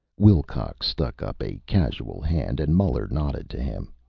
wilcox stuck up a casual hand, and muller nodded to him.